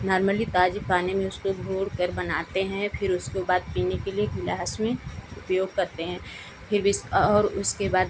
normal ताज़े पानी में उसको घोलकर बनाते हैं फिर उसको बाद पीने के लिए गिलास में उपयोग करते हैं फिर भी और उसके बाद